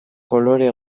kolore